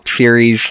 Series